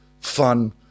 fun